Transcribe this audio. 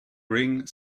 ring